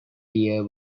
deer